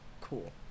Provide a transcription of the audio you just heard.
cool